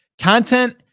Content